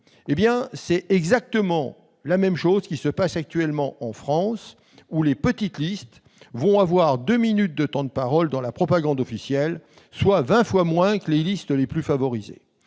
c'est exactement ce qui se passe actuellement en France : les petites listes auront deux minutes de temps de parole dans la propagande officielle, soit vingt fois moins que les listes les plus favorisées.